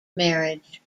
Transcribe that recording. marriage